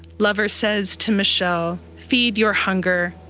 lover says to michelle, feed your hunger.